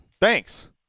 Thanks